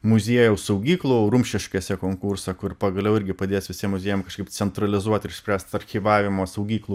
muziejaus saugyklų rumšiškėse konkursą kur pagaliau irgi padės visiem muziejam kažkaip centralizuoti ir spręst archyvavimo saugyklų